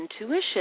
intuition